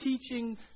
teaching